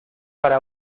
para